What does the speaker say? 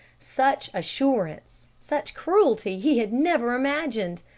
such assurance, such cruelty, he had never imagined.